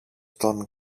τον